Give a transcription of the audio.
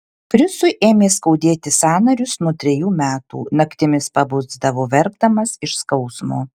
krisui ėmė skaudėti sąnarius nuo trejų metų naktimis pabusdavo verkdamas iš skausmo